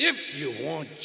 if you want